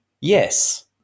yes